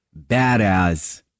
badass